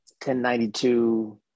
1092